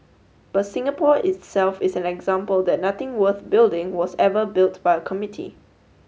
but Singapore itself is an example that nothing worth building was ever built by a committee